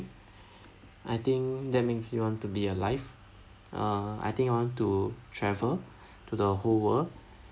I think that makes me want to be alive uh I think I want to travel to the whole world